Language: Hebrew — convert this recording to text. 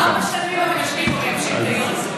ארבע שנים אתם יושבים פה ומייבשים את העיר הזאת.